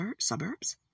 suburbs